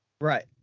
Right